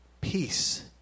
Peace